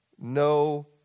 no